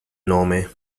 nome